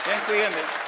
Dziękujemy.